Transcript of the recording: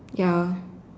ya